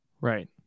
Right